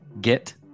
get